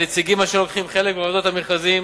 הנציגים אשר לוקחים חלק בוועדות המכרזים